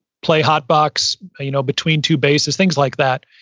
play hot box you know between two bases, things like that.